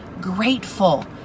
grateful